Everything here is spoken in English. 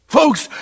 folks